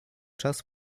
czas